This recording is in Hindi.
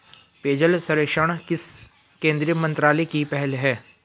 पेयजल सर्वेक्षण किस केंद्रीय मंत्रालय की पहल है?